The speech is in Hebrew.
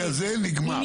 מרגע זה נגמר.